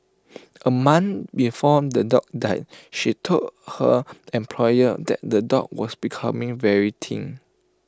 A month before the dog died she told her employer that the dog was becoming very thin